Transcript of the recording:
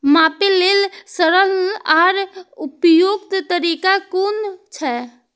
मापे लेल सरल आर उपयुक्त तरीका कुन छै?